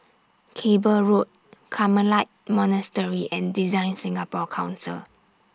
Cable Road Carmelite Monastery and Design Singapore Council